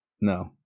No